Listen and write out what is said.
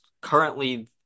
currently